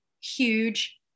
huge